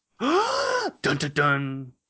dun-dun-dun